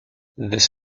this